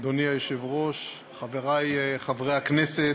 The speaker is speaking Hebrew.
אדוני היושב-ראש, חברי חברי הכנסת,